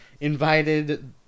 invited